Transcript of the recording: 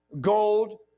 gold